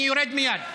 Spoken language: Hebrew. אני יורד מייד.